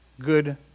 good